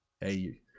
hey